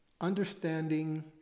understanding